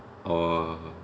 oh